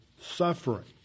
suffering